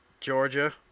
Georgia